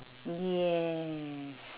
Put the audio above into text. yes